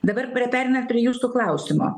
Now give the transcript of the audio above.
dabar prie pereinant prie jūsų klausimo